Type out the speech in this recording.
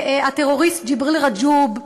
והטרוריסט ג'יבריל רג'וב,